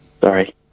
Sorry